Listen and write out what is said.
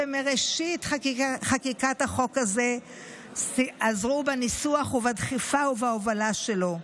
שמראשית חקיקת החוק הזה עזרו בניסוח ובדחיפה ובהובלה שלו,